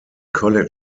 college